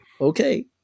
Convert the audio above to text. Okay